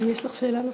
האם יש לך שאלה נוספת?